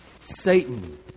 Satan